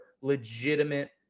legitimate